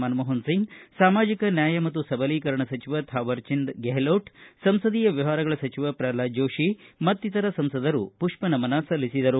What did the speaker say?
ಮನಮೋಹನ್ಸಿಂಗ್ ಸಾಮಾಜಿಕ ನ್ಯಾಯ ಮತ್ತು ಸಬಲೀಕರಣ ಸಚಿವ ಥಾವರ್ಚಂದ್ ಗೆಹ್ನೋಟ್ ಸಂಸದೀಯ ವ್ಯವಹಾರಗಳ ಸಚಿವ ಪ್ರಹ್ಲಾದ್ ಜೋಷಿ ಮತ್ತಿತರ ಸಂಸದರು ಪುಷ್ಪನಮನ ಸಲ್ಲಿಸಿದರು